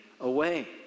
away